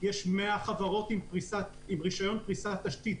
יש ל-100 חברות רישיון פריסת תשתית.